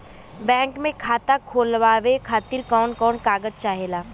Bank मे खाता खोलवावे खातिर कवन कवन कागज चाहेला?